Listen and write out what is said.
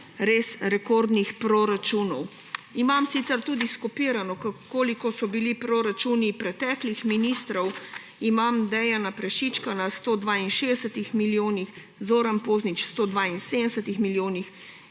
res rekordnih proračunov. Imam sicer tudi skopirano, koliko so bili proračuni preteklih ministrov. Imam Dejana Prešička na 162 milijonih, Zorana Pozniča na 172 milijonih